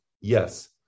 Yes